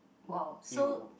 wow so